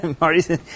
Marty's